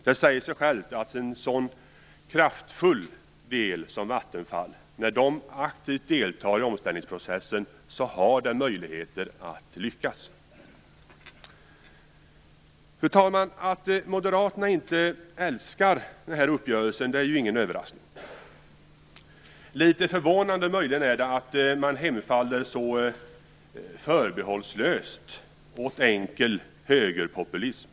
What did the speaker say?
Det säger sig självt att när en sådan kraftfull del som Vattenfall aktivt deltar i omställningsprocessen har den möjligheter att lyckas. Fru talman! Det är ingen överraskning att Moderaterna inte älskar den här uppgörelsen. Möjligen är det litet förvånande att de hemfaller så förbehållslöst åt enkel högerpopulism.